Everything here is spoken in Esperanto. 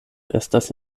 estas